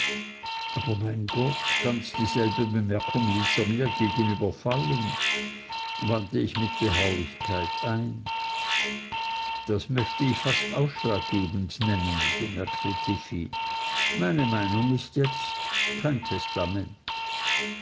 aber mein gott ganz dieselbe bemerkung ließ er mir gegenüber fallen wandte ich mit beharrlichkeit ein das möchte ich fast ausschlaggebend nennen bemerkte tiffey meine meinung ist jetzt kein